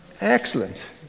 excellent